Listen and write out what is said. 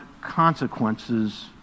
consequences